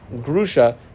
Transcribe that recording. grusha